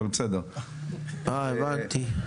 אה, הבנתי.